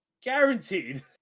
guaranteed